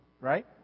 Right